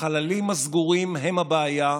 החללים הסגורים הם הבעיה,